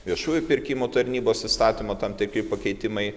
viešųjų pirkimų tarnybos įstatymo tam tikri pakeitimai